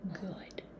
good